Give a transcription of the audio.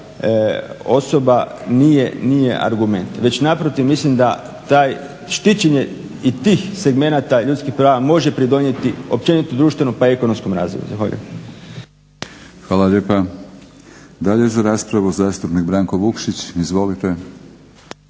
osoba nije argument već naprotiv mislim da taj, štićenje i tih segmenata ljudskih prava može pridonijeti općenito društvenom pa i ekonomskom razvoju. Zahvaljujem. **Batinić, Milorad (HNS)** Hvala lijepa. Dalje za raspravu Branko Vukšić, izvolite.